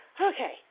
Okay